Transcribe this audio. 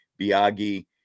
Biagi